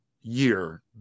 year